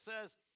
says